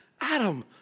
Adam